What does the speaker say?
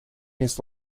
his